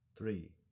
Three